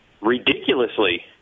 ridiculously